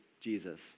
Jesus